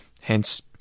hence